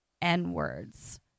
n-words